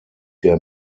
der